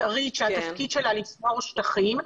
שהתפקיד שלה לשמור שטחים?